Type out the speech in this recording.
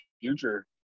future